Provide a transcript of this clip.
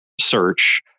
search